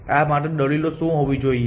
આ માટે દલીલો શું હોવી જોઈએ